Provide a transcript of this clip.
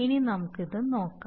ഇനി നമുക്ക് ഇത് നോക്കാം